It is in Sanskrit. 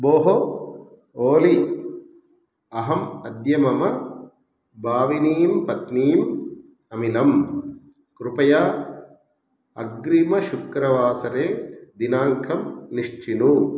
भोः ओली अहम् अद्य मम भाविनीं पत्नीम् अमिलम् कृपया अग्रिमशुक्रवासरे दिनाङ्कं निश्चिनु